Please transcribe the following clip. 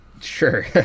sure